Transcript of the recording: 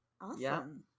Awesome